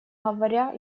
говоря